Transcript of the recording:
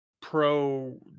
pro